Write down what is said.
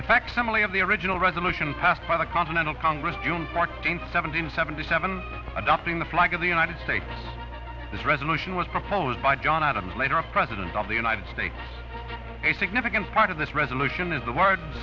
family of the original resolution passed by the continental congress june fourteenth seventeen seventy seven adopting the flag of the united states this resolution was proposed by john adams later president of the united states a significant part of this resolution is the word